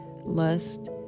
lust